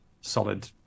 solid